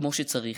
כמו שצריך.